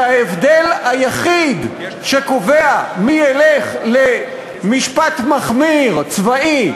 כשההבדל היחיד שקובע מי ילך למשפט מחמיר, צבאי,